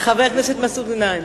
הכנסת מסעוד גנאים.